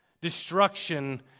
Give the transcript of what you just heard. destruction